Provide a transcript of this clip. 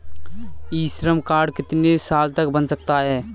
ई Shram card कितने साल तक बन सकता है?